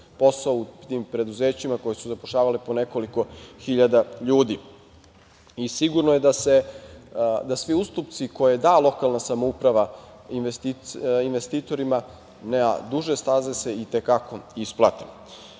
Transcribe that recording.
posao u tim preduzećima koja su zapošljavala po nekoliko hiljada ljudi. Sigurno je da svi ustupci koje da lokalna samouprava investitorima na duže staze se i te kako isplate. Na